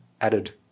added